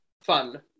fun